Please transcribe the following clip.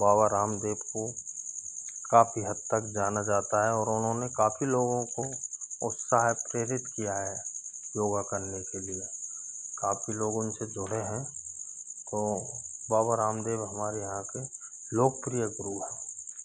बाबा रामदेव को काफ़ी हद तक जाना जाता है और उन्होंने काफ़ी लोगों को उत्साह प्रेरित किया है योगा करने के लिए काफ़ी लोग उनसे जुड़े हैं तो बाबा रामदेव हमारे यहाँ के लोकप्रिय गुरु है